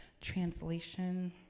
translation